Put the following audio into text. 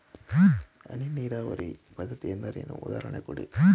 ಹನಿ ನೀರಾವರಿ ಪದ್ಧತಿ ಎಂದರೇನು, ಉದಾಹರಣೆ ಕೊಡಿ?